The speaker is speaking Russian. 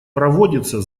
проводится